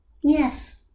Yes